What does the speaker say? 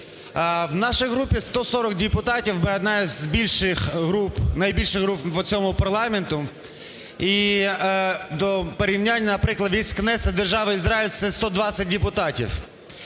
В нашій групі 140 депутатів, ми – одна з більших груп, найбільша група в цьому парламенті. І до порівняння, наприклад, весь Кнесет Держави Ізраїль – це 120 депутатів.